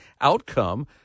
outcome